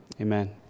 Amen